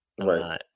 Right